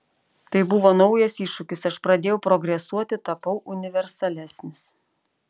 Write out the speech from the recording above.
tai buvo naujas iššūkis aš pradėjau progresuoti tapau universalesnis